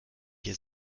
hier